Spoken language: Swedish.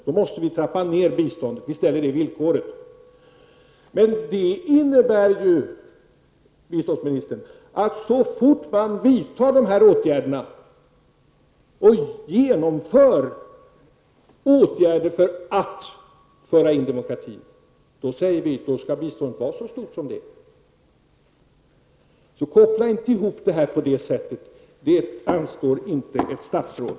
Men det innebär, biståndsministern, att biståndet skall återfå sin nuvarande storlek så fort man i dessa länder vidtar åtgärder med syfte att föra in demokrati. Koppla därför inte ihop olika saker på det sättet! Det anstår inte ett statsråd.